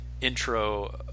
intro